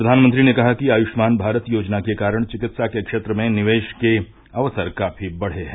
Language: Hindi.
प्रधानमंत्री ने कहा कि आयुष्मान भारत योजना के कारण चिकित्सा के क्षेत्र में निवेश के अवसर काफी बढ़े हैं